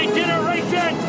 generation